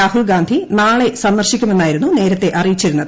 രാഹുൽഗാന്ധി നാളെ സന്ദർശിക്കുമെന്മായിരുന്നു നേരത്തെ അറിയിച്ചിരുന്നത്